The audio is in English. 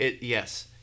Yes